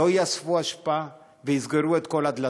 לא יאספו אשפה, ויסגרו את כל הדלתות.